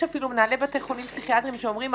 יש אפילו מנהלי בתי חולים פסיכיאטריים שאומרים,